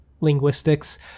linguistics